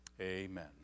Amen